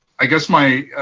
i guess my